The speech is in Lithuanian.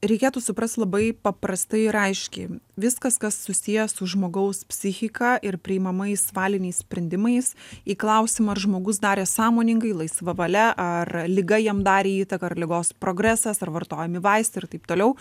reikėtų suprast labai paprastai ir aiškiai viskas kas susiję su žmogaus psichika ir priimamais valiniais sprendimais į klausimą ar žmogus darė sąmoningai laisva valia ar liga jam darė įtaką ar ligos progresas ar vartojami vaistai ir taip toliau